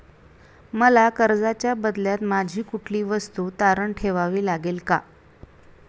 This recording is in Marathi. मला कर्जाच्या बदल्यात माझी कुठली वस्तू तारण ठेवावी लागेल का?